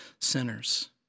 sinners